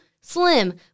slim